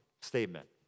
statement